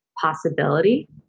possibility